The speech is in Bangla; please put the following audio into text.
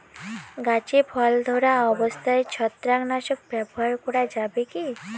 গাছে ফল ধরা অবস্থায় ছত্রাকনাশক ব্যবহার করা যাবে কী?